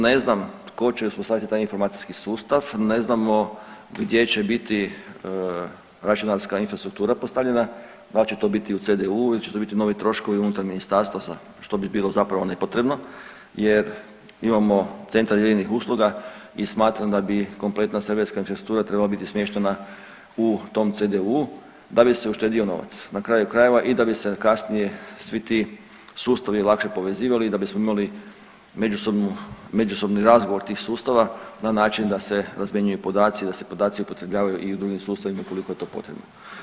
Ne znam tko će uspostaviti taj informacijski sustav, ne znamo gdje će biti računalska infrastruktura postavljena, dal će to biti u CDU-u ili će to biti novi troškovi unutar ministarstva, što bi bilo zapravo nepotrebno jer imamo CDU i smatram da bi kompletna serverska infrastruktura trebala biti smještena u tom CDU-u da bi se uštedio novac, na kraju krajeva i da bi se kasnije svi ti sustavi lakše povezivali i da bismo imali međusobnu, međusobni razgovor tih sustava na način da se razmjenjuju podaci, da se podaci upotrebljavaju i u drugim sustavima ukoliko je to potrebno.